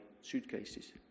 suitcases